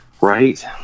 Right